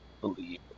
believe